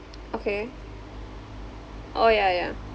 okay oh ya ya